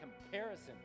comparison